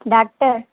doctor